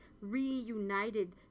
reunited